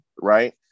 right